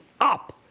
up